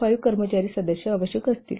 5 कर्मचारी सदस्य आवश्यक असतील